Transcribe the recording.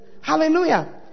Hallelujah